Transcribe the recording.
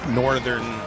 northern